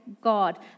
God